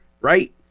right